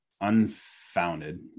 unfounded